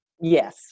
Yes